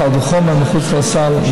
קל וחומר מחוץ לסל,